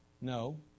No